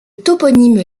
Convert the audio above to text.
toponyme